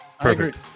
perfect